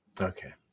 Okay